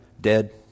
dead